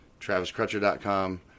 TravisCrutcher.com